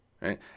right